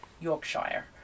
yorkshire